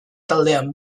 taldean